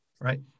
Right